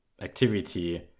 activity